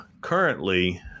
currently